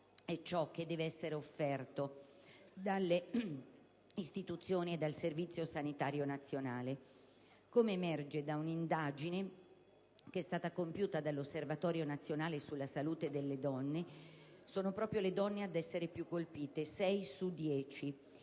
che deve essere offerta dalle istituzioni e dal Servizio sanitario nazionale. Come emerge da un'indagine che è stata compiuta dall'Osservatorio nazionale sulla salute delle donne, sono proprio le donne ad essere più colpite (6 su 10),